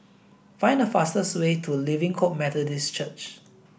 find the fastest way to Living Hope Methodist Church